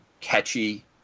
catchy